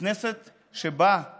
כנסת שבאה